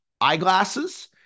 eyeglasses